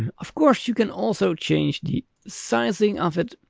and of course you can also change the sizing of it,